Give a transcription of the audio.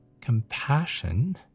compassion